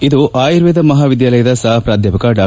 ಇದು ಆರ್ಯವೇದ ಮಹಾವಿದ್ಯಾಲಯದ ಸಹ ಪ್ರಾಧ್ಯಾಪಕ ಡಾ